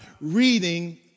reading